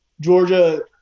Georgia